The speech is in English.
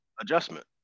adjustment